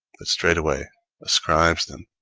but straightway ascribes them,